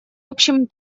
общем